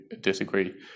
disagree